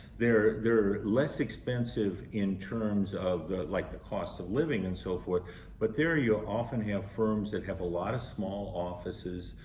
they're they're less expensive in terms of like the cost of living and so forth but there, you often have firms that have a lot of small offices.